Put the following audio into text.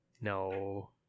No